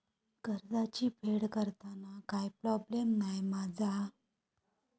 कर्जाची फेड करताना काय प्रोब्लेम नाय मा जा?